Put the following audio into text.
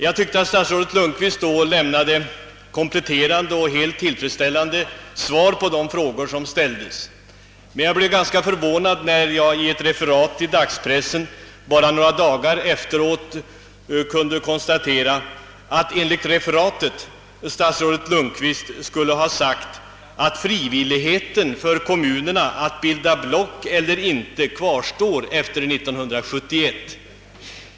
Jag tyckte att statsrådet Lundkvist då lämnade kompletterande och helt tillfredsställande svar på de framställda frågorna, men jag blev ganska förvånad när jag i ett referat i dagspressen några dagar efteråt läste att statsrådet Lundkvist påstods ha utlovat att friheten för kommunerna att bilda block eller inte skulle kvarstå efter år 1971.